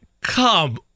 come